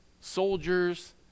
soldiers